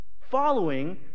following